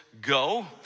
go